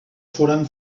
foren